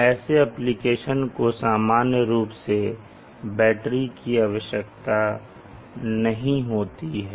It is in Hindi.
ऐसे एप्लीकेशन को सामान्य रूप से बैटरी की आवश्यकता नहीं होती है